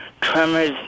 Tremors